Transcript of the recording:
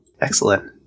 Excellent